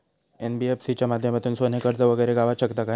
NBFC च्या माध्यमातून सोने कर्ज वगैरे गावात शकता काय?